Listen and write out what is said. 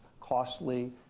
costly